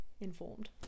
informed